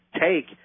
take